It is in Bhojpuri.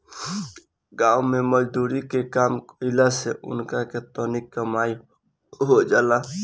गाँव मे मजदुरी के काम कईला से उनका के तनी कमाई हो जाला